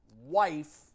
wife